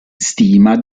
stima